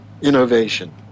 innovation